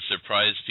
surprise